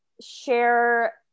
share